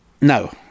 No